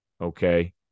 okay